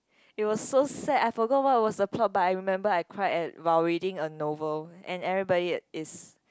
it was so sad I forgot what was the plot but I remembered I cried while reading a novel and everybody is